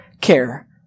care